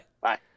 Bye